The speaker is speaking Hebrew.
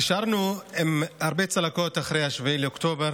נשארנו עם הרבה צלקות אחרי 7 באוקטובר,